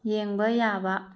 ꯌꯦꯡꯕ ꯌꯥꯕ